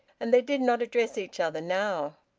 and they did not address each other now.